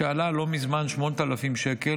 שעלה לא מזמן 8,000 שקל,